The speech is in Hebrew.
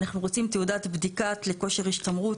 אנחנו רוצים תעודת בדיקה לכושר השתמרות.